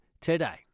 today